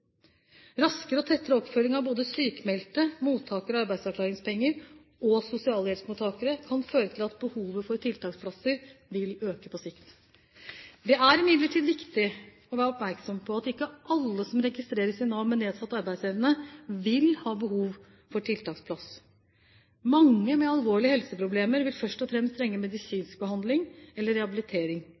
Raskere og tettere oppfølging av både sykmeldte, mottakere av arbeidsavklaringspenger og sosialhjelpsmottakere kan føre til at behovet for tiltaksplasser vil øke på sikt. Det er imidlertid viktig å være oppmerksom på at ikke alle som registreres i Nav med nedsatt arbeidsevne, vil ha behov for tiltaksplass. Mange med alvorlige helseproblemer vil først og fremst trenge medisinsk behandling eller rehabilitering.